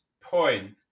point